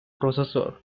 processor